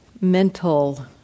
mental